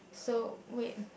so wait